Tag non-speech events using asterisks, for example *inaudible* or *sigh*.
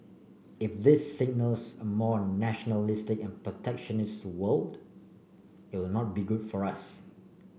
if this signals a more nationalistic and protectionist world *unintelligible* not be good for us